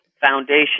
Foundation